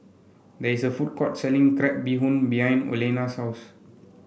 there is a food court selling Crab Bee Hoon behind Olena's souse